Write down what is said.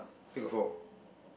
where got four